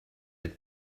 had